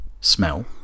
smell